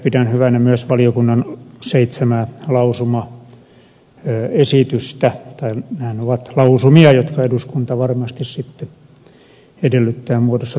pidän hyvänä myös valiokunnan seitsemää lausumaesitystä tai nehän ovat lausumia jotka eduskunta varmasti sitten edellyttää muodossa tulee hyväksymään